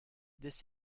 this